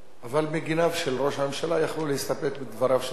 אבל מגיניו של ראש הממשלה יכלו להסתפק בדבריו של אלדד,